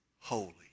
holy